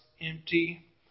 empty